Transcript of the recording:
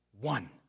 One